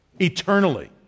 eternally